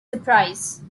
surprise